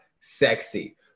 sexy